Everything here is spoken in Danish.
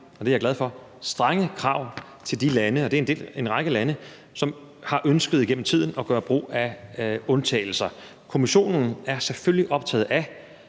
og det er jeg glad for – strenge krav til de lande, og det er en række lande, som igennem tiden har ønsket at gøre brug af undtagelser. Kommissionen er selvfølgelig optaget af,